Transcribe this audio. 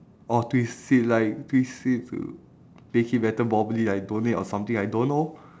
or twist it like twist it to A_K_A better probably like donate or something I don't know